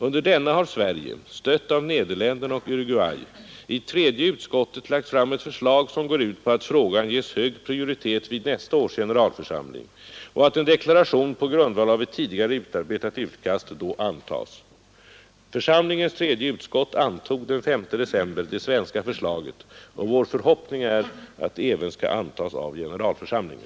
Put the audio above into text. Under denna har Sverige, stött av Nederländerna och Uruguay, i tredje utskottet lagt fram ett förslag som går ut på att frågan ges hög prioritet vid nästa års generalförsamling och att en deklaration på grundval av ett tidigare utarbetat utkast då antas. Församlingens tredje utskott antog den S december det svenska förslaget, och vår förhoppning är att det även skall antas av generalförsamlingen.